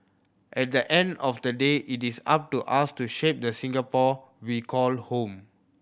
at the end of the day it is up to us to shape the Singapore we call home